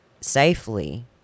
safely